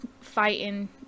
fighting